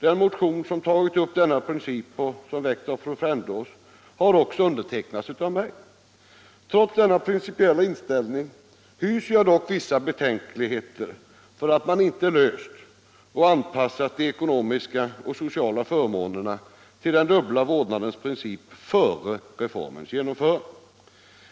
Den motion som tagit upp denna princip och som väckts av fru Frändås har också undertecknats av mig. Trots min principiella inställning hyser jag dock vissa betänkligheter för att man inte löst problemet och anpassat de ekonomiska och sociala förmånerna till den dubbla vårdnadens princip före reformens genomförande.